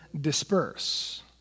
disperse